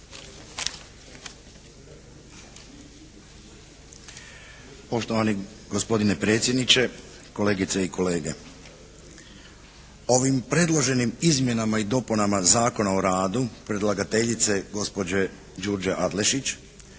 Poštovani gospodine predsjedniče, kolegice i kolege. Ovim predloženim izmjenama i dopunama Zakona o radu predlagateljice gospođe Đurđe Adlešić,